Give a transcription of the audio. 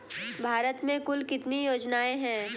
भारत में कुल कितनी योजनाएं हैं?